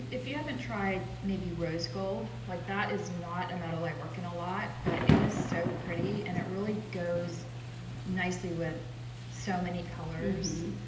if you haven't tried maybe rose gold like that is not a metal i working a lot, but it is so pretty and it really goes nicely with so many colors.